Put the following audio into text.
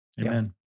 Amen